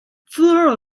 floral